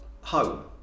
home